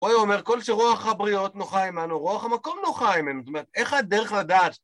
הוא היה אומר "כל שרוח הבריות נוחה עמנו, רוח המקום נוחה עמנו", זאת אומרת אין לך דרך לדעת...